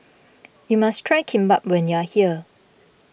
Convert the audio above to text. you must try Kimbap when you are here